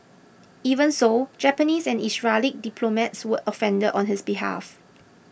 even so Japanese and Israeli diplomats were offended on his behalf